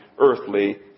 earthly